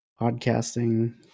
Podcasting